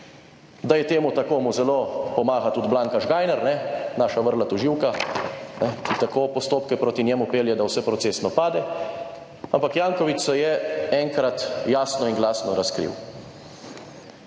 Da je temu tako, mu zelo pomaga tudi Blanka Žgajner, kajne, naša vrla tožilka, ki tako postopke proti njemu pelje, da vse procesno pade, ampak Janković se je enkrat jasno in glasno razkril,